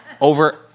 over